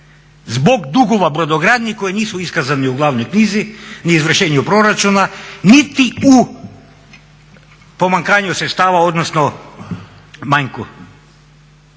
zbog dugova brodogradnji koji nisu iskazani u Glavnoj knjizi, ni izvršenju proračuna, niti u pomankanju sredstava odnosno manjku.